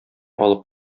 алып